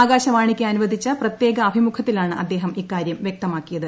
ആകാശവാണിക്ക് അനുവദിച്ച പ്രത്യേക അഭിമുഖത്തിലാണ് അദ്ദേഹം ഇക്കാര്യം വ്യക്തമാക്കിയത്